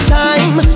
time